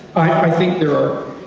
i think there are.